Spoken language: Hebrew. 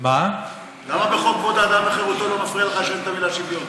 למה בחוק כבוד האדם וחירותו לא מפריע לך שאין את המילה שוויון?